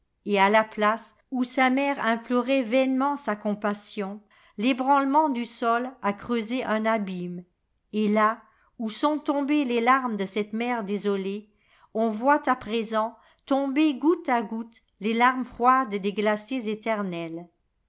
et à la place où sa mère implorait vainement sa compassion l'ébranlement du sol a creusé un abîme et là où sont tombées les larmes de cette mère désolée on voit à présent tomber goutte à goutte les larmes froides des glaciers éternels